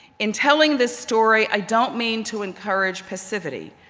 in telling this story, i don't mean to encourage passivity.